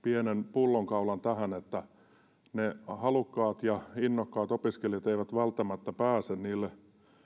pullonkaulan tähän että ne halukkaat ja innokkaat opiskelijat eivät välttämättä pääse niille